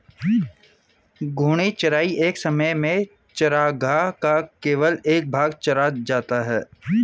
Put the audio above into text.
घूर्णी चराई एक समय में चरागाह का केवल एक भाग चरा जाता है